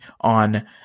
on